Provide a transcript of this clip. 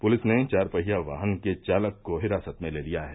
police ने चार पहिया वाहन के चालक को हिरासत में ले लिया है